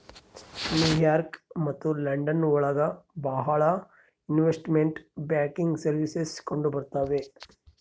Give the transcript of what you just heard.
new York ಮತ್ತು London ಒಳಗ ಭಾಳ ಇನ್ವೆಸ್ಟ್ಮೆಂಟ್ ಬ್ಯಾಂಕಿಂಗ್ ಸರ್ವೀಸಸ್ ಕಂಡುಬರ್ತವೆ